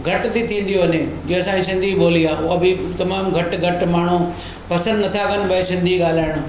घटि थी थींदी वञे जीअं असांजी सिंधी ॿोली आहे उहा बि तमामु घति घटि माण्हू पसंदि नथा कनि भई सिंधी ॻाल्हाइणु